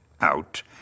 out